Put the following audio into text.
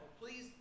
please